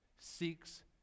seeks